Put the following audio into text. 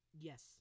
Yes